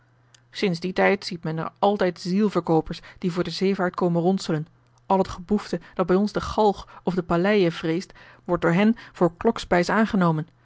sinds dien tijd ziet men er altijd zielverkoopers die voor de zeevaart komen ronselen al het geboefte dat bij ons de galg of de paleije vreest wordt door hen voor klokspijs aangenomen